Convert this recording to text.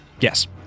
Yes